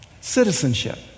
Citizenship